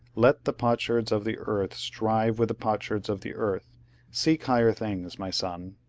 let the potsherds of the earth strive with the potsherds of the earth seek higher things, my son!